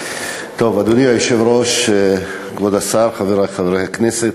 אדוני היושב-ראש, כבוד השר, חברי חברי הכנסת,